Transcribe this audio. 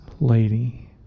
lady